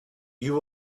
you